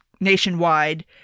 nationwide